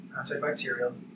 antibacterial